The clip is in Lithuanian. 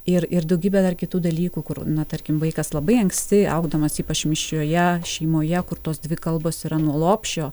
ir ir daugybė dar kitų dalykų kur na tarkim vaikas labai anksti augdamas ypač mišrioje šeimoje kur tos dvi kalbos yra nuo lopšio